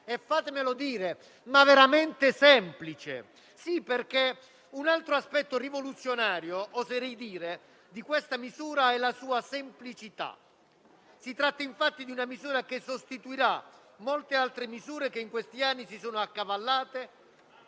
fatemelo dire - veramente semplice. Un altro aspetto rivoluzionario di questa misura è infatti la sua semplicità: si tratta infatti di una misura che sostituirà molte altre misure che in questi anni si sono accavallate,